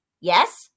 Yes